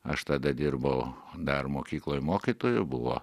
aš tada dirbau dar mokykloj mokytoju buvo